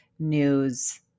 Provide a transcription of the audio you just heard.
news